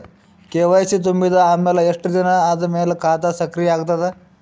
KYC ತುಂಬಿದ ಅಮೆಲ ಎಷ್ಟ ದಿನ ಆದ ಮೇಲ ಖಾತಾ ಸಕ್ರಿಯ ಅಗತದ?